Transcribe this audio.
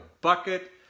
bucket